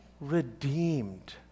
redeemed